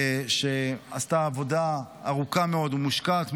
שעשתה עבודה ארוכה מאוד ומושקעת מאוד.